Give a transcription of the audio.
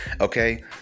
okay